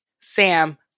Sam